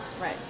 right